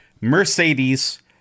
Mercedes